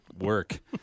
work